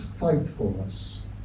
faithfulness